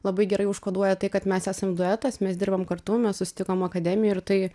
labai gerai užkoduoja tai kad mes esam duetas mes dirbam kartu mes susitikom akademijoj ir tai